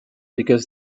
because